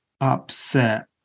upset